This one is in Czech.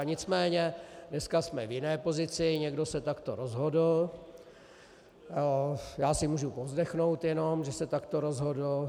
Nicméně dneska jsme v jiné pozici, někdo se takto rozhodl, já si mohu povzdechnout jenom, že se takto rozhodl.